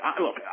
look